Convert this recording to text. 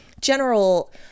general